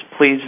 please